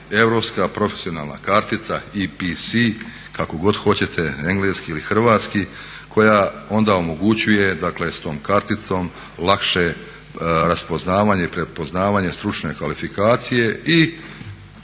europska profesionalna kartica, kako hoćete engleski ili hrvatski, koja onda omogućuje dakle s tom karticom lakše raspoznavanje i prepoznavanje stručne kvalifikacije i